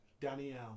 Danielle